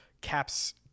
cap's